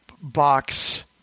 box